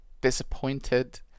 disappointed